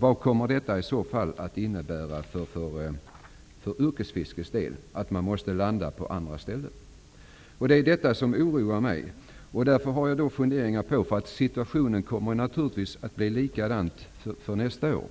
Vad kommer det i så fall att innebära för yrkesfiskarnas del att man måste på andra ställen? Det är detta som oroar mig. Situationen kommer naturligtvis att bli likadan nästa år.